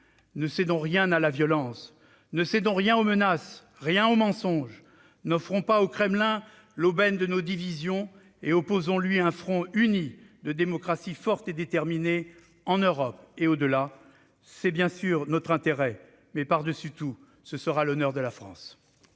Ne cédons rien à la violence, ne cédons rien aux menaces et rien au mensonge. N'offrons pas au Kremlin l'aubaine de nos divisions et opposons-lui un front uni de démocraties fortes et déterminées en Europe et au-delà. C'est bien sûr notre intérêt, mais par-dessus tout ce sera l'honneur de la France.